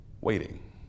waiting